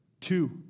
Two